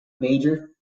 major